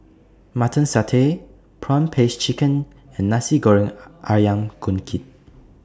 Mutton Satay Prawn Paste Chicken and Nasi Goreng Ayam Kunyit